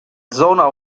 zona